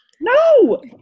No